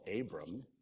Abram